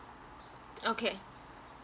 okay